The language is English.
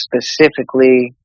specifically